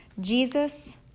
Jesus